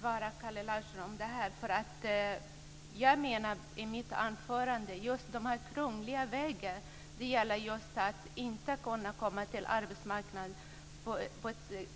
Fru talman! Vad jag menade i mitt anförande var just de krångliga vägarna till arbetsmarknaden. Det gäller ju att komma in på arbetsmarknaden på ett